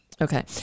Okay